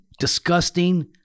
disgusting